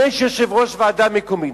יש יושב-ראש ועדה מקומית,